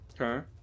Okay